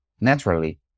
naturally